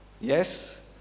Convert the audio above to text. Yes